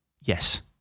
Yes